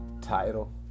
title